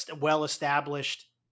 well-established